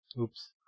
Oops